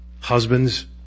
husbands